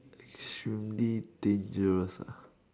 should be dangerous ah